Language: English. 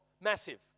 massive